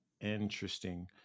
interesting